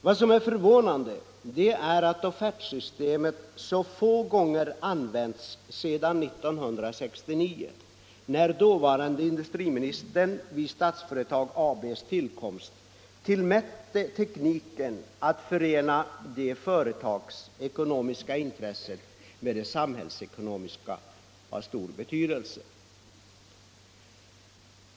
Vad som är förvånande är att offertsystemet så få gånger använts sedan 1969 när dåvarande industriministern vid Statsföretag AB:s tillkomst tillmätte tekniken att förena det företagsekonomiska intresset med det samhällsekonomiska så stor betydelse.